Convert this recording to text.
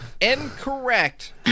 Incorrect